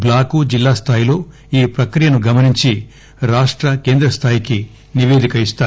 block జిల్లా స్థాయిల్లో ఈ ప్రక్రియను గమనించి రాష్ట కేంద్ర స్థాయికి నిపేదిక ఇస్తారు